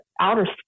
outer